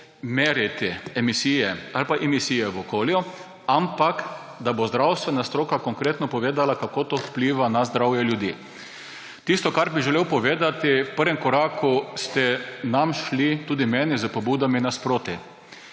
meriti emisije ali pa emisije v okolju, ampak da bo zdravstvena stroka konkretno povedala, kako to vpliva na zdravje ljudi. Tisto, kar bi želel povedati, je, da ste nam, tudi meni, v prvem koraku